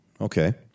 Okay